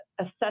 assess